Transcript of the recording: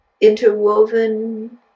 interwoven